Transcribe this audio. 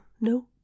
no